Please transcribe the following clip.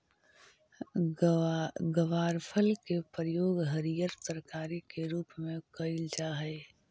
ग्वारफल के प्रयोग हरियर तरकारी के रूप में कयल जा हई